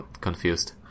confused